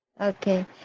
okay